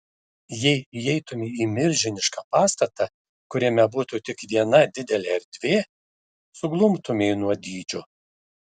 jei įeitumei į milžinišką pastatą kuriame būtų tik viena didelė erdvė suglumtumei nuo dydžio